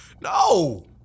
No